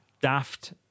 daft